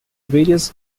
various